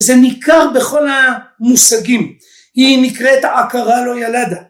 ‫זה ניכר בכל המושגים. ‫היא נקראת העקרה לא ילדה.